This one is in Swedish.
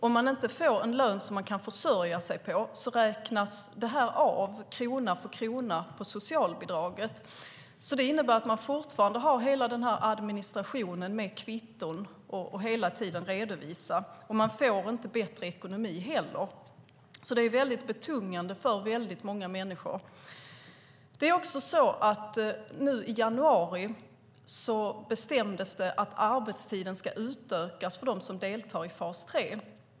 Om man inte får en lön som man kan försörja sig på räknas det av krona för krona på socialbidraget. Det innebär att man fortfarande har hela administrationen med kvitton att redovisa. Man får inte heller bättre ekonomi. Det är väldigt betungande för många människor. I januari bestämdes det att arbetstiden ska utökas för dem som deltar i fas 3.